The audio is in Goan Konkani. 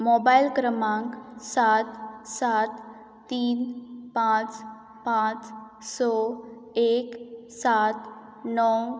मोबायल क्रमांक सात सात तीन पांच पांच स एक सात णव